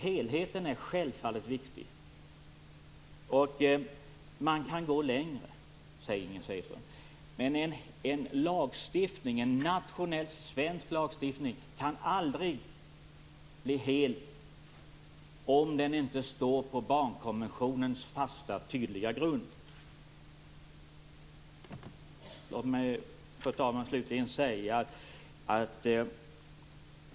Helheten är självfallet viktig. Inger Segelström säger att det går att gå längre. En nationell svensk lagstiftning kan aldrig bli hel om den inte står på barnkonventionens fasta tydliga grund. Fru talman!